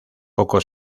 poco